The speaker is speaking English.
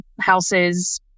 houses